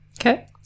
Okay